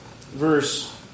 verse